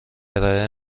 ارائه